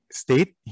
state